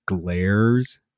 Glares